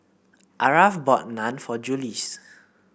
Aarav bought Naan for Juluis